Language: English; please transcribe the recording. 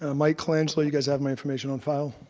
ah mike colangelo, you guys have my information on file.